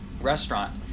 restaurant